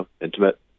intimate